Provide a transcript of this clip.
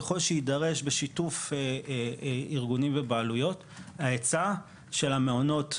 ככול שיידרש בשיתוף ארגונים ובעלויות ההיצע של המעונות,